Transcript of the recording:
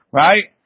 right